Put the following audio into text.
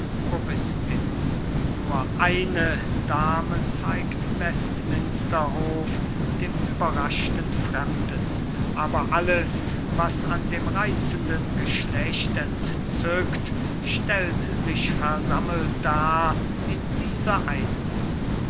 nur eine dame zeigt westminsterhof dem überraschten fremden aber alles was an dem reizenden geschlecht entzückt stellt sich versammelt dar in dieser einen